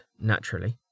naturally